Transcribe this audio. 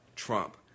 Trump